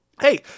Hey